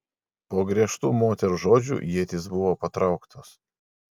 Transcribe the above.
po griežtų moters žodžių ietys buvo patrauktos